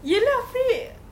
ya lah free